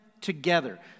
together